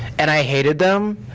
and i hated them.